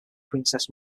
princess